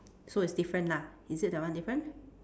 so it's different lah is it that one different